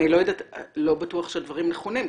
לא בטוח שהדברים נכונים,